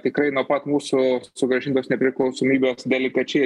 tikrai nuo pat mūsų sugrąžintos nepriklausomybių delikačiai